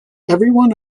everyone